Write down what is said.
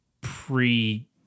pre